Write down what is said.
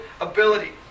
ability